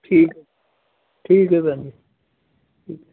ਠੀਕ ਹੈ ਠੀਕ ਹੈ ਭਾਜੀ ਠੀਕ ਹੈ